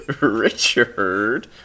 Richard